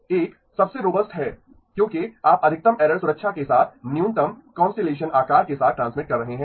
1 सबसे रोबस्ट है क्योंकि आप अधिकतम एरर सुरक्षा के साथ न्यूनतम कांस्टलेसन आकार के साथ ट्रांसमिट कर रहे हैं